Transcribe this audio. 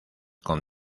con